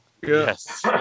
Yes